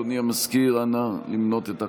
אדוני המזכיר, נא למנות את הקולות.